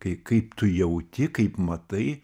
kai kaip tu jauti kaip matai